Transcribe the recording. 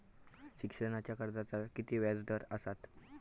शिक्षणाच्या कर्जाचा किती व्याजदर असात?